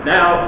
Now